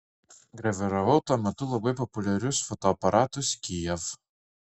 graviravau tuo metu labai populiarius fotoaparatus kijev